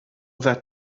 that